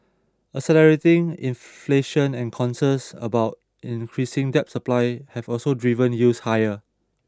accelerating inflation and concerns about increasing debt supply have also driven yields higher